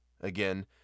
Again